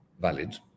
valid